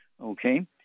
Okay